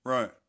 Right